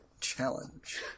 Challenge